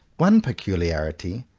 one peculiarity,